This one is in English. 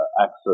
access